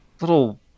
little